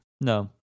No